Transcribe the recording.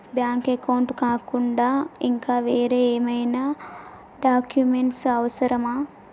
Bank account కాకుండా ఇంకా వేరే ఏమైనా డాక్యుమెంట్స్ అవసరమా?